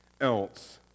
else